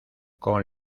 con